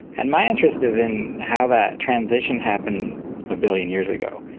and my interest is in how that transition happened a billion years ago.